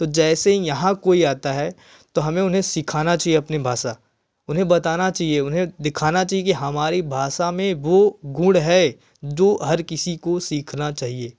तो जैसे यहाँ कोई आता है तो हमें उन्हें सिखाना चाहिए अपनी भाषा उन्हें बताना चाहिए उन्हें दिखाना चाहिए कि हमारी भाषा में वह गुण है जो हर किसी को सीखना चाहिए